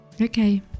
okay